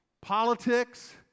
Politics